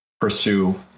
pursue